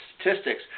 statistics